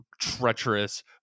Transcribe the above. treacherous